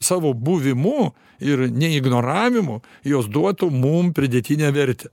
savo buvimu ir ne ignoravimu jos duotų mum pridėtinę vertę